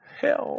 help